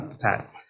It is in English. pat